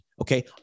Okay